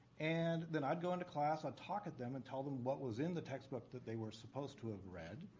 and then i'd go into class. i talk at them and tell them what was in the textbook that they were supposed to have read.